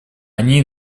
они